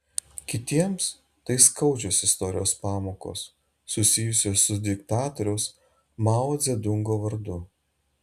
kitiems tai skaudžios istorijos pamokos susijusios su diktatoriaus mao dzedungo vardu